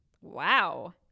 wow